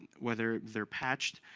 whether they're patched,